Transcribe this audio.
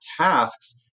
tasks